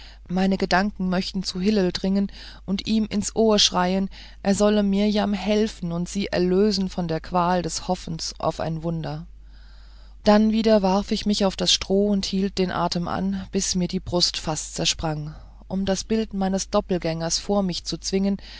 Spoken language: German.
meine gedanken möchten zu hillel dringen und ihm ins ohr schreien er solle mirjam helfen und sie erlösen von der qual des hoffens auf ein wunder dann wieder warf ich mich auf das stroh und hielt den atem an bis mir die brust fast zersprang um das bild meines doppelgängers vor mich zu zwingen